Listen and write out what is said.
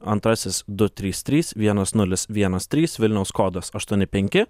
du trys trys vienas nulis vienas trys vilniaus kodas aštuoni penki